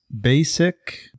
basic